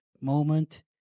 moment